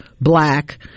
black